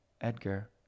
Edgar